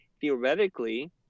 theoretically